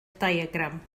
diagram